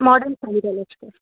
model Shahida Laskar